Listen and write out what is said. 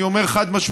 אני אומר חד-משמעית,